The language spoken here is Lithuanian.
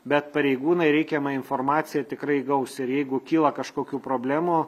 bet pareigūnai reikiamą informaciją tikrai gaus ir jeigu kyla kažkokių problemų